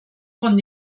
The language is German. von